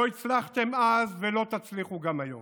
לא הצלחתם אז, ולא תצליחו גם היום.